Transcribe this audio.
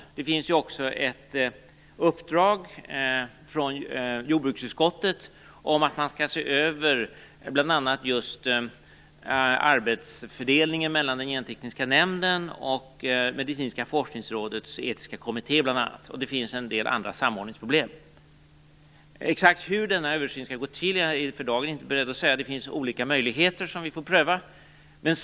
Det finns också ett uppdrag från jordbruksutskottet om att man skall se över bl.a. just arbetsfördelningen mellan Gentekniska nämnden och Medicinska forskningsrådets etiska kommitté. Det finns också en del andra samordningsproblem. Exakt hur denna översyn skall gå till är jag för dagen inte beredd att säga. Det finns olika möjligheter som vi får pröva.